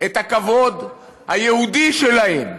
את הכבוד היהודי שלהם,